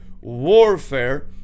Warfare